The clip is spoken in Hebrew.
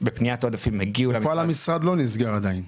אבל המשרד עדיין לא נסגר.